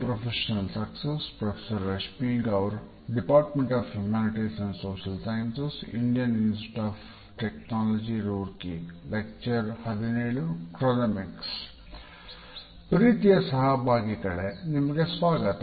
ಪ್ರೀತಿಯ ಸಹಭಾಗಿಗಳೇ ನಿಮಗೆ ಸ್ವಾಗತ